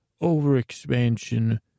over-expansion